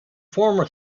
former